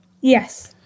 yes